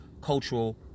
cultural